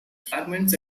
fragments